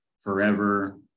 forever